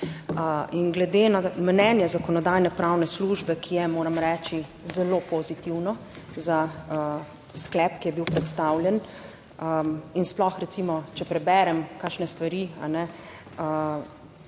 In glede na mnenje Zakonodajno-pravne službe, ki je, moram reči, zelo pozitivno za sklep, ki je bil predstavljen, in sploh, recimo, če preberem kakšne stvari,